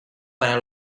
para